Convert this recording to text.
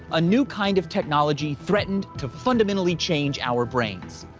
a new kind of technology threatened to fundamentally change our brains.